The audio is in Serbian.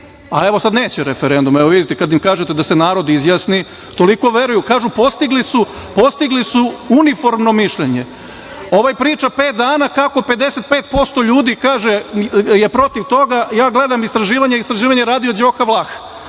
sada neće referendum. Vidite, kada im kažete da se narod izjasni, toliko veruju. Kažu – postigli su uniforno mišljenje. Ovaj priča pet dana kako 55% ljudi je protiv toga. Ja gledam istraživanja, a istraživanje je radio Đoka Vlah. Đoka